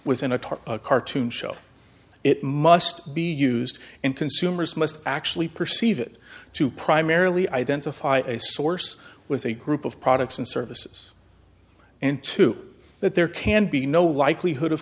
within a cartoon show it must be used and consumers must actually perceive it to primarily identify a source with a group of products and services and two that there can be no likelihood of